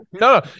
No